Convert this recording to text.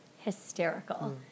hysterical